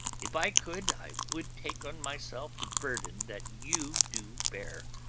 if i could, i would take on myself the burden that you do bear.